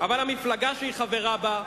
אבל המפלגה שהיא חברה בה,